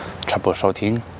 troubleshooting